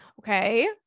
Okay